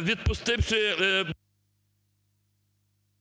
відпустивши…